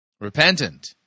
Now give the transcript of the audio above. Repentant